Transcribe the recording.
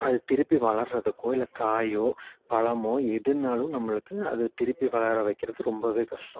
அது திருப்பி வளருறதுக்கோ இல்லை காயோ பழமோ எதுன்னாலும் நம்மளுக்கு அது திருப்பி வளர வைக்கிறது ரொம்பவே கஷ்டம்